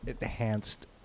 enhanced